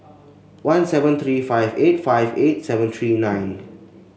one seven three five eight five eight seven three nine